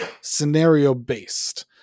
scenario-based